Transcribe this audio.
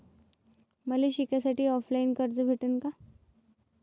मले शिकासाठी ऑफलाईन कर्ज भेटन का?